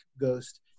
ghost